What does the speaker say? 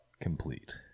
complete